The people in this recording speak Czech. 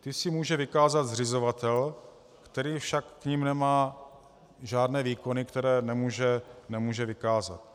Ty si může vykázat zřizovatel, který však k nim nemá žádné výkony, které nemůže vykázat.